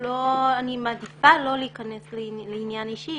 אני מעדיפה לא להיכנס לעניין אישי.